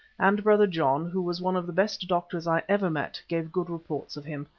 and brother john, who was one of the best doctors i ever met, gave good reports of him,